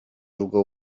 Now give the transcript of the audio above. długo